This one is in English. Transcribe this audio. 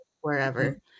wherever